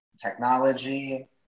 technology